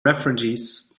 refugees